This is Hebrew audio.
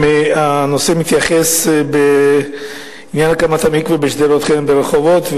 הנושא הוא הקמת המקווה בשדרות-ח"ן ברחובות.